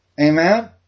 Amen